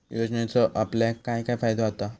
योजनेचो आपल्याक काय काय फायदो होता?